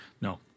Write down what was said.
no